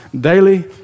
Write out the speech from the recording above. Daily